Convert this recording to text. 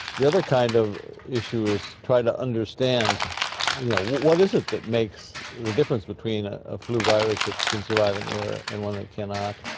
the other kind of issue is trying to understand you know what is it that makes the difference between a a flu virus that can survive in the air and one that cannot.